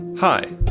Hi